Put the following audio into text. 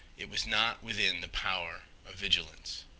it was not within the power of vigilance.